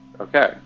okay